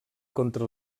contra